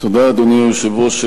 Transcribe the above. אדוני היושב-ראש,